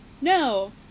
No